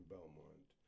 Belmont